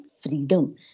freedom